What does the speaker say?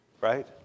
right